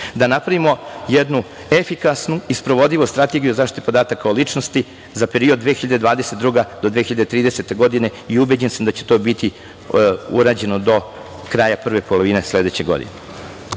da napravimo jednu efikasnu i sprovodivu strategiju zaštite podataka o ličnosti za period 2022. do 2030. godine. Ubeđen sam da će to biti urađeno do kraja prve polovine sledeće godine. Takođe,